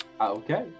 Okay